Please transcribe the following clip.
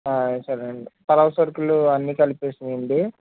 సరే అండి పలావు సరుకులు అన్ని కలిపేసేనా అండి